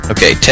Okay